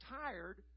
tired